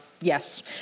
Yes